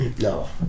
No